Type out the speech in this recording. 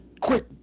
quick